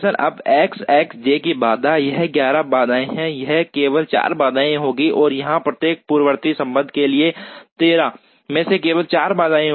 अब X X J की बाधा यह 11 बाधाएं होंगी यह केवल 4 बाधाएं होंगी और यहां प्रत्येक पूर्ववर्ती संबंध के लिए 13 में केवल 4 बाधाएं होंगी